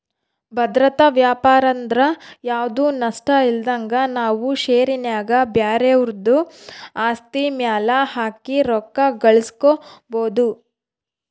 ಭದ್ರತಾ ವ್ಯಾಪಾರಂದ್ರ ಯಾವ್ದು ನಷ್ಟಇಲ್ದಂಗ ನಾವು ಷೇರಿನ್ಯಾಗ ಬ್ಯಾರೆವುದ್ರ ಆಸ್ತಿ ಮ್ಯೆಲೆ ಹಾಕಿ ರೊಕ್ಕ ಗಳಿಸ್ಕಬೊದು